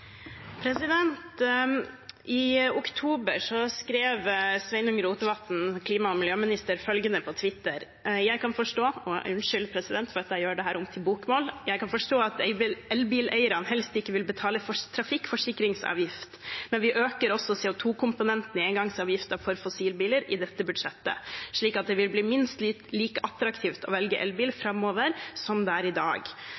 I oktober skrev klima- og miljøminister Sveinung Rotevatn følgende på Twitter – og unnskyld for at jeg gjør det om til bokmål: Jeg kan forstå at elbileierne helst ikke vil betale trafikkforsikringsavgift. Men vi øker også CO 2 -komponenten i engangsavgiften for fossilbiler i dette budsjettet, slik at det vil bli minst like attraktivt å velge elbil